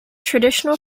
traditional